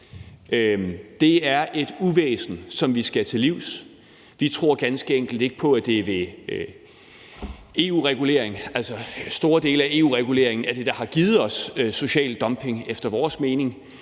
Det er et uvæsen, som vi skal til livs, men vi tror ganske enkelt ikke på, at det skal være ved EU-regulering. Altså, store dele af EU-reguleringen er efter vores mening